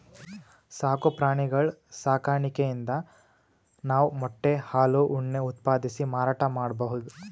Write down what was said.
ಸಾಕು ಪ್ರಾಣಿಗಳ್ ಸಾಕಾಣಿಕೆಯಿಂದ್ ನಾವ್ ಮೊಟ್ಟೆ ಹಾಲ್ ಉಣ್ಣೆ ಉತ್ಪಾದಿಸಿ ಮಾರಾಟ್ ಮಾಡ್ಬಹುದ್